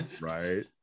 Right